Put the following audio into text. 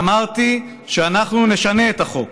ואמרתי שאנחנו נשנה את החוק.